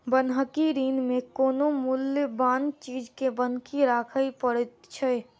बन्हकी ऋण मे कोनो मूल्यबान चीज के बन्हकी राखय पड़ैत छै